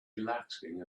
relaxing